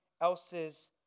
else's